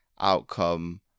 outcome